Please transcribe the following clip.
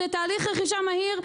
זה תהליך רכישה מהיר,